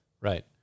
Right